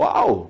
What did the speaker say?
Wow